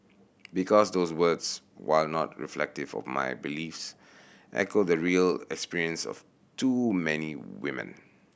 because those words while not reflective of my beliefs echo the real experience of too many women